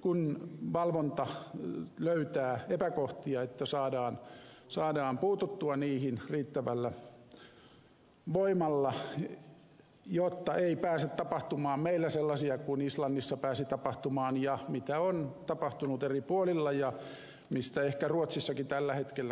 kun valvonta löytää epäkohtia että saadaan puututtua niihin riittävällä voimalla jotta ei pääse tapahtumaan meillä sellaista mitä islannissa pääsi tapahtumaan ja on tapahtunut eri puolilla ja mistä ehkä ruotsissakin tällä hetkellä käydään keskustelua